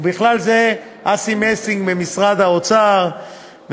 ובכלל זה אסי מסינג ממשרד האוצר,